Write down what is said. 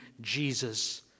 Jesus